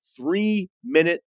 three-minute